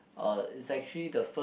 uh it's actually the first